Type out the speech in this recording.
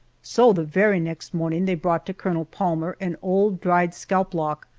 so the very next morning they brought to colonel palmer an old dried scalp lock,